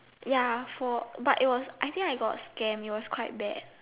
ya for but it was I think I got scam it was quite bad